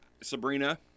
Sabrina